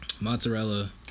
mozzarella